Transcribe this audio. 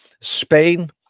Spain